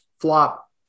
flop